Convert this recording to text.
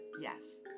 Yes